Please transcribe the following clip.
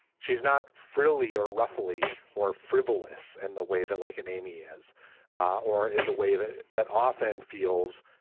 she's not frilly or roughly or frivolous. and the way that like an amy is or in the way that that often feels